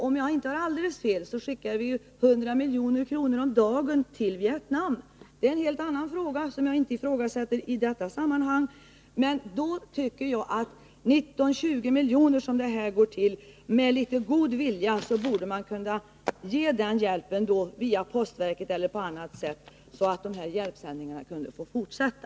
Om jag inte har alldeles fel skickar vi 1 milj.kr. om dagen till Vietnam. Det är en helt annan sak, som jag inte ifrågasätter i detta sammanhang. Men då tycker jag att de 19 eller 20 miljoner som det här rör sig om med litet god vilja skulle kunna ges via postverket eller på annat sätt, så att hjälpsändningarna till Polen kunde få fortsätta.